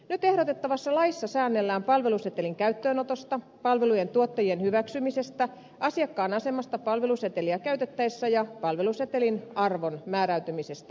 nyt ehdotettavassa laissa säännellään palvelusetelin käyttöönotosta palvelujen tuottajien hyväksymisestä asiakkaan asemasta palveluseteliä käytettäessä ja palvelusetelin arvon määräytymisestä